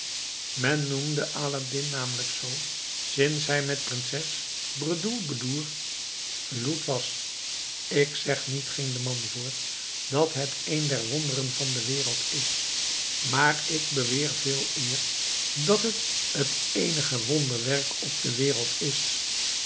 men noemde aladdin namelijk zoo sinds hij met prinses bedroelboedoer gehuwd was ik zeg niet ging de man voort dat het een der wonderen van de wereld is maar ik beweer veel eer dat het t eenige wonderwerk op de wereld is